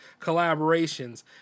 collaborations